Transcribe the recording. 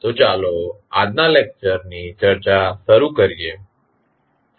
તો ચાલો આજના લેક્ચર ની ચર્ચા શરૂ કરીએ